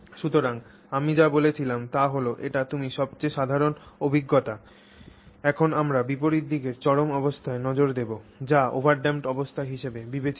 সুতরাং আমি যা বলেছিলাম তা হল এটি তোমার সবচেয়ে সাধারণ অভিজ্ঞতা এখন আমরা বিপরীত দিকের চরম অবস্থায় নজর দেব যা ওভারড্যাম্পড অবস্থা হিসাবে বিবেচিত হয়